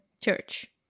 church